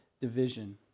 division